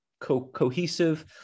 cohesive